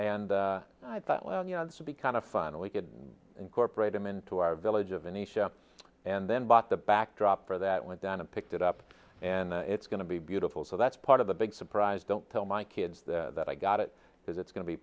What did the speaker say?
and i thought well you know this could be kind of fun we could incorporate them into our village of any ship and then bought the backdrop for that went down and picked it up and it's going to be beautiful so that's part of the big surprise don't tell my kids that i got it because it's going to be